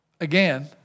again